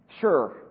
sure